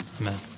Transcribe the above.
Amen